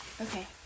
Okay